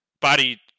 body